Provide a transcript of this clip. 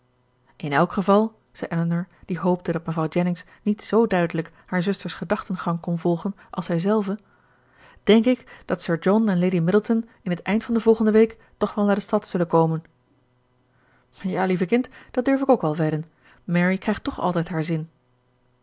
in elk geval zei elinor die hoopte dat mevrouw jennings niet z duidelijk haar zuster's gedachtengang kon volgen als zijzelve denk ik dat sir john en lady middleton in het eind van de volgende week toch wel naar de stad zullen komen ja lieve kind dat durf ik ook wel wedden mary krijgt toch altijd haar zin